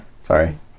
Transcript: Sorry